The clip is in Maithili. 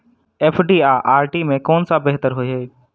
एफ.डी आ आर.डी मे केँ सा बेहतर होइ है?